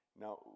now